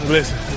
Listen